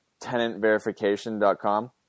tenantverification.com